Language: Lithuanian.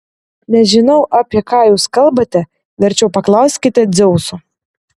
nežinau apie ką jūs kalbate verčiau paklauskite dzeuso